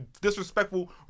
disrespectful